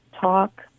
talk